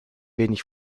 wenig